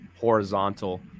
horizontal